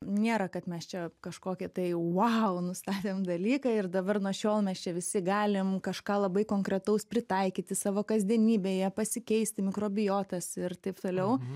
nėra kad mes čia kažkokį tai vau nustatėm dalyką ir dabar nuo šiol mes čia visi galim kažką labai konkretaus pritaikyti savo kasdienybėje pasikeisti mikrobiotas ir taip toliau